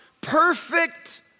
perfect